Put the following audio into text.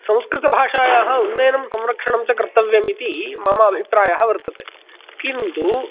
संस्कृतभाषायाः उन्नयनं संरक्षणं च कर्तव्यम् इति मम अभिप्रायः वर्तते किन्तु